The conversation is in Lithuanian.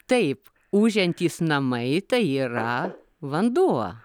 taip ūžiantys namai tai yra vanduo